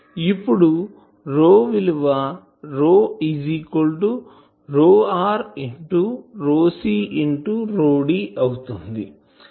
ఇప్పుడు ρ ρr ρc ρd ను అవుతుంది